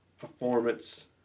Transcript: performance